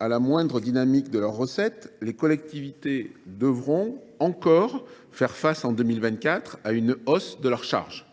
à la moindre dynamique de leurs recettes, les collectivités territoriales devront encore faire face à une hausse de leurs charges.